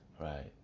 Right